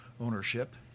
ownership